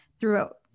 throughout